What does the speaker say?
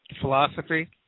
philosophy